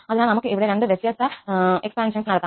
അതിനാൽ നമുക്ക് ഇവിടെ രണ്ട് ദിഫ്ഫെരെന്റ്റ് സ്പൻഷൻസ് നടത്താം